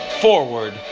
Forward